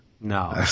No